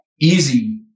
easy